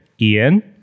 Ian